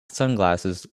sunglasses